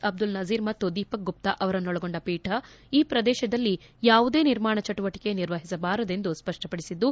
ಆಬ್ಲುಲ್ ನಜೀರ್ ಮತ್ತು ದೀಪಕ್ ಗುಪ್ತಾ ಅವರನ್ನೊಳಗೊಂಡ ಪೀಠ ಈ ಪ್ರದೇಶಗಳಲ್ಲಿ ಯಾವುದೇ ನಿರ್ಮಾಣ ಚಟುವಟಿಕೆ ನಿರ್ವಹಿಸಬಾರದೆಂದು ಸ್ಪಷ್ಪಪಡಿಸಿದ್ದು